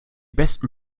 besten